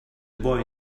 boy